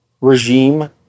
regime